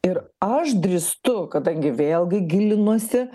ir aš drįstu kadangi vėlgi gilinuosi